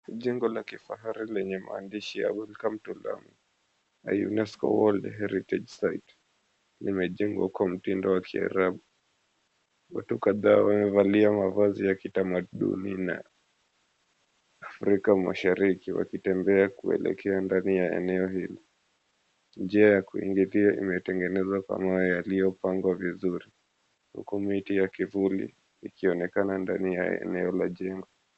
Jengo la kifahari lenye mahandishi ya Nairobi Hills limejengwa huko kwa mtindo wa kiarabu. Watu kadhaa wamevalia mavazi ya kitamaduni ya Afrika Mashariki wakitembea kuelekea ndani ya eneo hilo. Njia ya pili pia imetengenezwa kwa mawe yaliyopangwa vizuri. Huku miti ya kivuli likionekana ndani ya eneo la jengo.